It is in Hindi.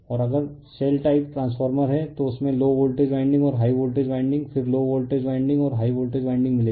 और अगर शेल टाइप ट्रांसफॉर्मर है तो उसमें लो वोल्टेज वाइंडिंग और हाई वोल्टेज वाइंडिंग फिर लो वोल्टेज वाइंडिंग और हाई वोल्टेज वाइंडिंग मिलेगी